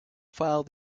file